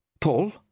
Paul